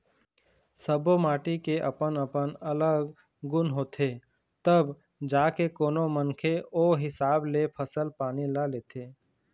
सब्बो माटी के अपन अलग अलग गुन होथे तब जाके कोनो मनखे ओ हिसाब ले फसल पानी ल लेथे